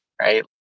right